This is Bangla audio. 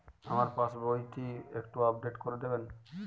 আমার পাসবই টি একটু আপডেট করে দেবেন?